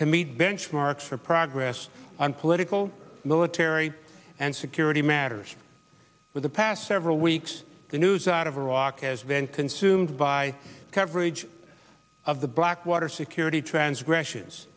to meet benchmarks for progress on political military and security matters for the past several weeks the news out of iraq as event consumed by coverage of the blackwater security transgressions